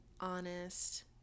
honest